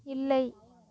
இல்லை